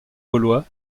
gaulois